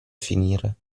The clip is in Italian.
finire